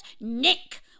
Nick